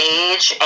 age